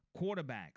quarterbacks